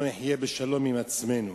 לא נחיה בשלום עם עצמנו.